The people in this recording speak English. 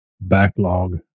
backlog